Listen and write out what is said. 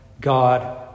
God